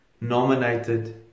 nominated